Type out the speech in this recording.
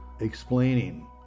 explaining